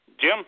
Jim